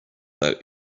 that